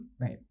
Right